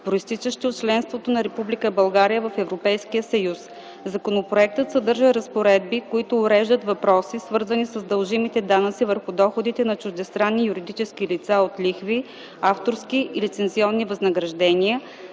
произтичащи от членството на Република България в Европейския съюз. Законопроектът съдържа разпоредби, които уреждат въпроси, свързани с дължимите данъци върху доходите на чуждестранни юридически лица от лихви, авторски и лицензионни възнаграждения,